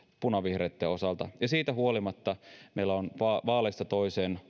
punavihreitten osalta ja siitä huolimatta vaaleista toiseen